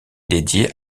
dédiée